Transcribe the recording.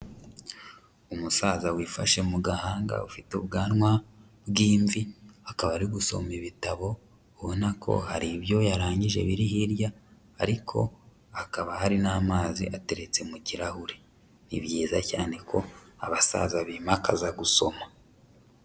Umusaza wifashe mu gahanga, ufite ubwanwa bw'imvi, akaba ari gusoma ibitabo, ubona ko hari ibyo yarangije biri hirya ariko hakaba hari n'amazi ateretse mu kirahure, ni byiza cyane ko abasaza bimakaza gusoma.